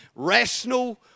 rational